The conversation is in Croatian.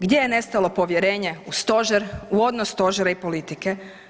Gdje je nestalo povjerenje u stožer u odnos stožera i politike?